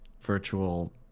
virtual